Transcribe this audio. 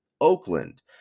Oakland